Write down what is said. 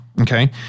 okay